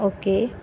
okay